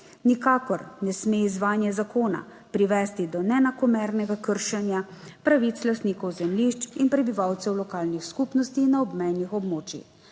Nikakor ne sme izvajanje zakona privesti do neenakomernega kršenja pravic lastnikov zemljišč in prebivalcev lokalnih skupnosti na obmejnih območjih.